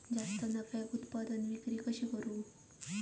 जास्त नफ्याक उत्पादन विक्री कशी करू?